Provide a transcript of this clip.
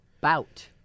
Bout